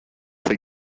soy